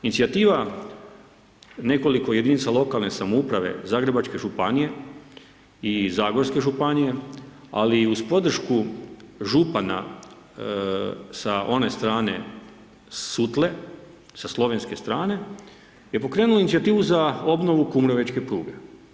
Inicijativa nekoliko jedinica lokalne samouprave Zagrebačke županije i Zagorske županije ali i uz podršku župana sa one strane Sutle, sa Slovenske strane je pokrenulo inicijativu za obnovu Kumrovečke pruge.